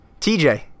TJ